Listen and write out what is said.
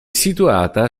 situata